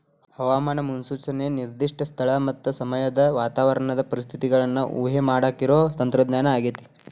ಹವಾಮಾನ ಮುನ್ಸೂಚನೆ ನಿರ್ದಿಷ್ಟ ಸ್ಥಳ ಮತ್ತ ಸಮಯದ ವಾತಾವರಣದ ಪರಿಸ್ಥಿತಿಗಳನ್ನ ಊಹೆಮಾಡಾಕಿರೋ ತಂತ್ರಜ್ಞಾನ ಆಗೇತಿ